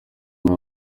muri